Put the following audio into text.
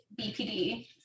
BPD